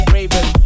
Raven